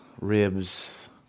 ribs